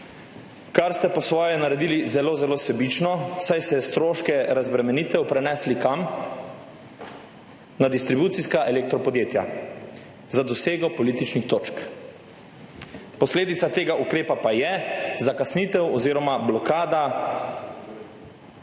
Kar ste po svoje naredili zelo, zelo sebično, saj ste stroške razbremenitev prenesli kam? Na distribucijska elektropodjetja, za dosego političnih točk. Posledica tega ukrepa pa je zakasnitev oziroma blokada